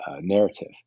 narrative